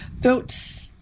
built